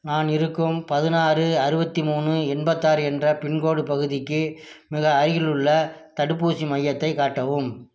நான் இருக்கும் பதினாறு அறுபத்தி மூணு எண்பத்தாறு என்ற பின்கோடு பகுதிக்கு மிக அருகிலுள்ள தடுப்பூசி மையத்தை காட்டவும்